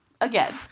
again